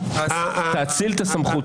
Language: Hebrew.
תאציל את הסמכות.